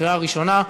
בקריאה ראשונה.